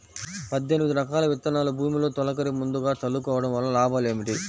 పద్దెనిమిది రకాల విత్తనాలు భూమిలో తొలకరి ముందుగా చల్లుకోవటం వలన లాభాలు ఏమిటి?